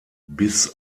bis